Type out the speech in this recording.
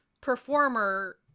performer